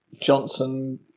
Johnson